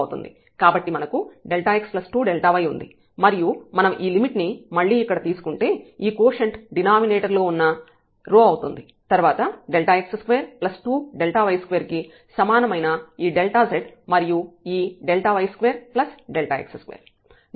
కాబట్టి మనకు x2Δy ఉంది మరియు మనం ఈ లిమిట్ ని మళ్ళీ ఇక్కడ తీసుకుంటే ఈ కోషెంట్ డినామినేటర్ లో ఉన్న ఇది అవుతుంది తర్వాత Δx22Δy2 కి సమానమైన ఈ z మరియు ఈ Δy2Δx2